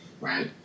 Right